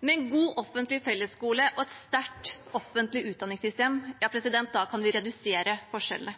Med en god offentlig fellesskole og et sterkt offentlig utdanningssystem kan vi redusere forskjellene.